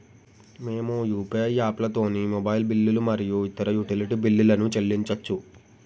మేము యూ.పీ.ఐ యాప్లతోని మొబైల్ బిల్లులు మరియు ఇతర యుటిలిటీ బిల్లులను చెల్లించచ్చు